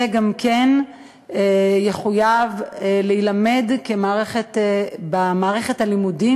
גם כן יחויב להילמד במערכת הלימודים,